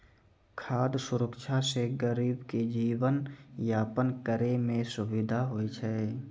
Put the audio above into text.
खाद सुरक्षा से गरीब के जीवन यापन करै मे सुविधा होय छै